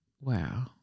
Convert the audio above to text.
Wow